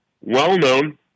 well-known